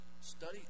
study